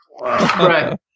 Right